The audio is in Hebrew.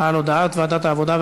על הודעת ועדת העבודה,